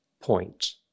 point